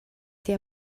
der